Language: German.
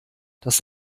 das